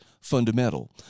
fundamental